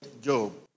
Job